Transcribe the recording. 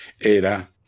era